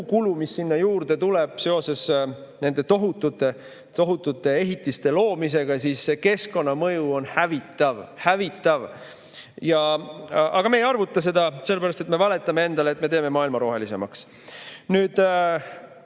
kulu, mis sinna juurde tuleb seoses nende tohutute ehitiste loomisega, siis keskkonnamõju on hävitav. Hävitav! Aga me ei arvuta seda, sellepärast et me valetame endale, et me teeme maailma rohelisemaks. See